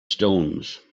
stones